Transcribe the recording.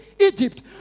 Egypt